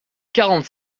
quarante